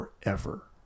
forever